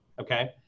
okay